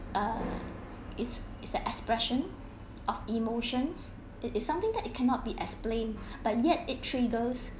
err it's it's a expression of emotions it is something that it cannot be explained but yet it triggers